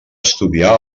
estudiar